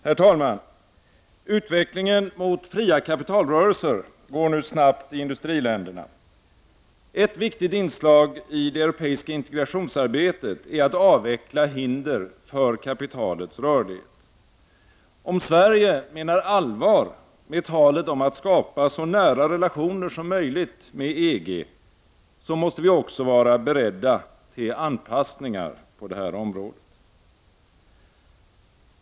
Herr talman! Utvecklingen mot fria kapitalrörelser går nu snabbt i industriländerna. Ett viktigt inslag i det europeiska integrationsarbetet är att avveckla hinder för kapitalets rörlighet. Om Sverige menar allvar med talet om att skapa så nära relationer som möjligt till EG, måste vi också vara beredda till anpassningar på detta område.